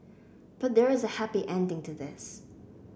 but there is a happy ending to this